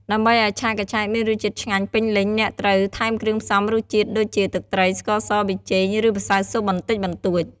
ដើម្បីឲ្យឆាកញ្ឆែតមានរសជាតិឆ្ងាញ់ពេញលេញ អ្នកត្រូវ ថែមគ្រឿងផ្សំរសជាតិ ដូចជា ទឹកត្រី ស្ករស ប៊ីចេង ឬម្សៅស៊ុបបន្តិចបន្តួច។